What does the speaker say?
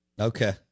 Okay